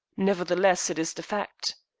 nevertheless, it is the fact.